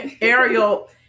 Ariel